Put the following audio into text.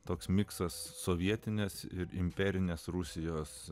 toks miksas sovietines ir imperines rusijos